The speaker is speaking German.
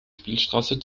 spielstraße